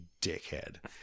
dickhead